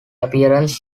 appearance